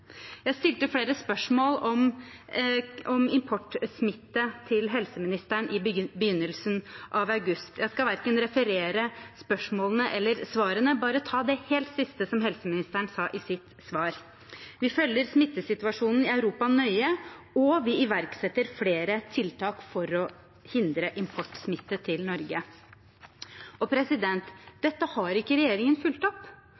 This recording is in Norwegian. Jeg stilte flere spørsmål om importsmitte til helseministeren i begynnelsen av august. Jeg skal verken referere spørsmålene eller svarene, men bare ta det helt siste som helseministeren sa i sitt svar: «Vi følger smittesituasjonen i Europa nøye, og vi iverksetter flere tiltak for å hindre importsmitte til Norge.» Dette har ikke regjeringen fulgt opp.